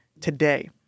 today